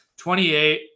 28